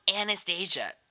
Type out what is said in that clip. Anastasia